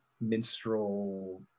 minstrel